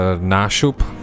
nášup